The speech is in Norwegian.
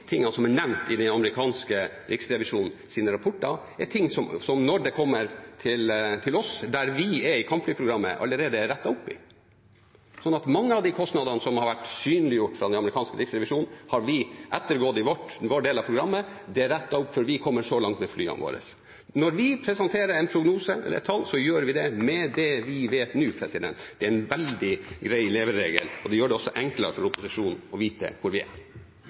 som er nevnt i den amerikanske riksrevisjonens rapport, er ting som når det kommer til oss, der vi er i kampflyprogrammet, allerede er rettet opp i. Så mange av de kostnadene som har vært synliggjort av den amerikanske riksrevisjonen, har vi ettergått i vår del av programmet. Det er rettet opp før vi kommer så langt med flyene våre. Når vi presenterer en prognose eller et tall, gjør vi det med det vi vet nå. Det er en veldig grei leveregel, og det gjør det også enklere for opposisjonen å vite hvor vi er.